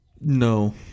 No